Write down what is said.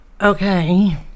Okay